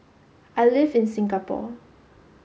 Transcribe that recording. I live in Singapore